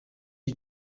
iki